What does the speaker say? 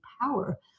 power